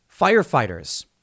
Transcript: Firefighters